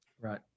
Right